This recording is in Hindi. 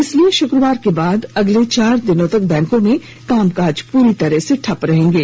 इसलिए शुक्रवार के बाद अगले चार दिनों तक बैंको में कामकाज पूरी तरह से ठप रहेंगे